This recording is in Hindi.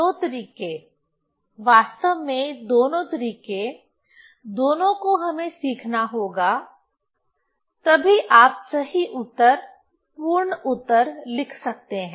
दो तरीके वास्तव में दोनों तरीके दोनों को हमें सीखना होगा तभी आप सही उत्तर पूर्ण उत्तर लिख सकते हैं